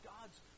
God's